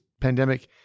pandemic